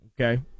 okay